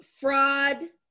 fraud